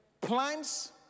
plants